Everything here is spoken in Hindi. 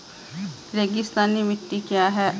रेगिस्तानी मिट्टी क्या है?